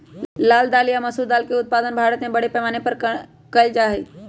लाल दाल या मसूर के दाल के उत्पादन भारत में बड़े पैमाने पर कइल जा हई